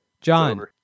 John